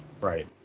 Right